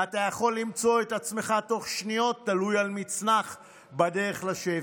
ואתה יכול למצוא את עצמך תוך שניות תלוי על מצנח בדרך לשבי.